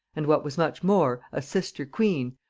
and, what was much more, a sister-queen,